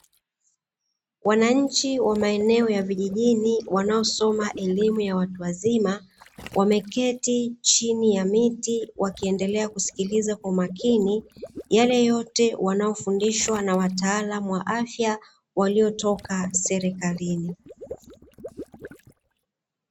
Wananchi wa maeneo ya vijijini wanaosoma elimu ya watu wazima, wameketi chini ya miti, wakiendelea kusikiliza kwa makini yale yote wanavyofundishwa na wataalamu wa afya waliotoka serikalini.